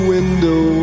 Window